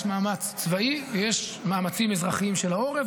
יש מאמץ צבאי ויש מאמצים אזרחיים של העורף,